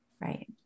Right